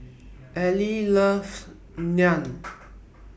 Allie loves Naan